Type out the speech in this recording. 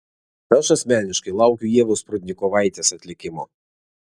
aš asmeniškai laukiu ievos prudnikovaitės atlikimo